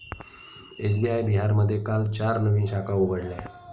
SBI बिहारमध्ये काल चार नवीन शाखा उघडल्या